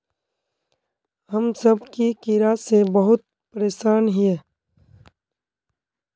हम सब की कीड़ा से बहुत परेशान हिये?